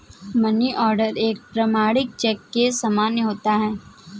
money order एक प्रमाणिक cheque के समान होता है